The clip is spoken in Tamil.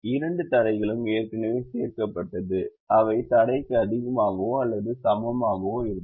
இரண்டு தடைகளும் ஏற்கனவே சேர்க்கப்பட்டது அவை தடைக்கு அதிகமாகவோ அல்லது சமமாகவோ இருக்கும்